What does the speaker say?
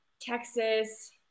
texas